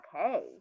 okay